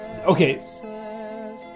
Okay